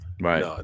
right